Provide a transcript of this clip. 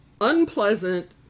unpleasant